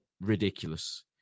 ridiculous